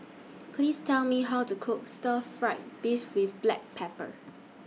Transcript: Please Tell Me How to Cook Stir Fried Beef with Black Pepper